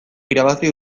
irabazi